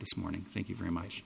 this morning thank you very much